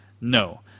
No